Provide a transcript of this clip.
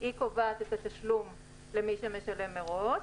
היא קובעת את התשלום למי שמשלם מראש.